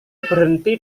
berhenti